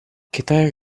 китай